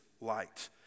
light